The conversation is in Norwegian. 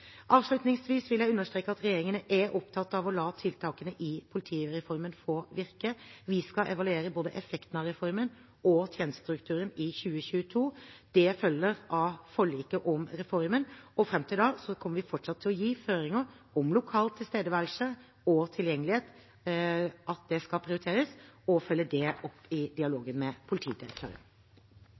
Avslutningsvis vil jeg understreke at regjeringen er opptatt av å la tiltakene i politireformen få virke. Vi skal evaluere både effektene av reformen og tjenestestrukturen i 2022. Det følger av forliket om reformen. Fram til da kommer vi fortsatt til å gi føringer om at lokal tilstedeværelse og tilgjengelighet skal prioriteres, og følge det opp i dialogen med politidirektøren.